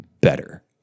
better